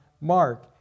Mark